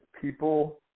people